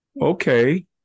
okay